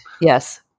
Yes